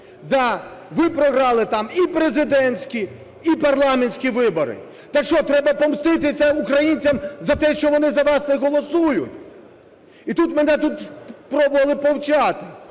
Да, ви програли там і президентські, і парламентські вибори, так що, треба помститися українцям за те, що вони за вас не голосують? І тут мене пробували повчати